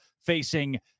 facing